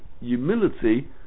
humility